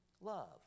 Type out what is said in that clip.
Love